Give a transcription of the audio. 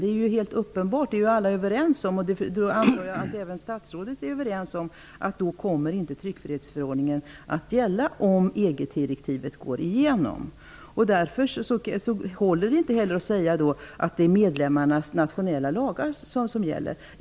Det är helt uppenbart att tryckfrihetsförordningen inte kommer att gälla om EG-direktivet går igenom -- det är alla överens om, och det antar jag att också statsrådet håller med om. Då håller det inte heller att säga att det är medlemmarnas nationella lagar som gäller.